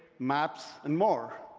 maps and more,